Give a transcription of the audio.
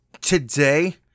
today